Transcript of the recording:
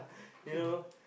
you know